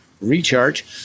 Recharge